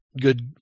good